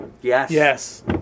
Yes